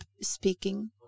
speaking